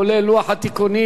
כולל לוח התיקונים.